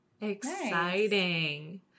Exciting